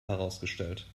herausgestellt